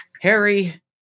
Harry